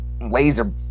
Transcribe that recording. laser